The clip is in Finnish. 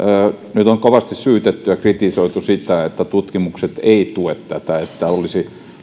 nyt on kovasti syytetty ja kritisoitu että tutkimukset eivät tue tätä että olisi